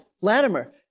Latimer